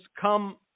come